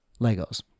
Legos